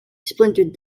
splintered